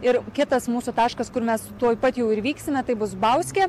ir kitas mūsų taškas kur mes tuoj pat jau ir vyksime tai bus bauskė